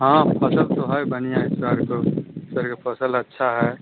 हाँ फ़सल तो है बढ़ियाँ है सर तो सर यह फ़सल अच्छी है